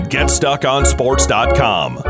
GetStuckOnSports.com